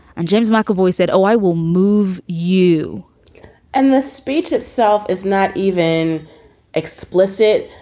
and james mcavoy said, oh, i will move you and the speech itself is not even explicit.